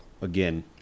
again